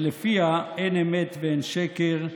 שלפיה אין אמת ואין שקר,